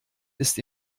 ist